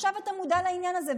עכשיו אתה מודע לעניין הזה,